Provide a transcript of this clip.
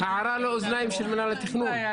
הערה לאוזניים של מינהל התכנון.